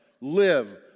live